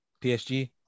PSG